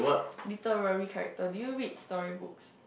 literary character do you read story books